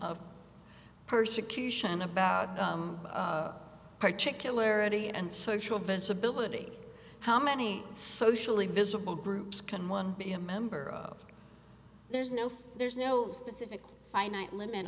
of persecution about particular eddie and social visibility how many socially visible groups can one be a member of there's no there's no specific finite limit